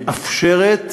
שמאפשרת